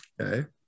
Okay